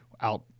out